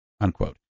unquote